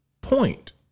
point